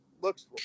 looks